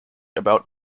about